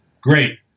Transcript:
great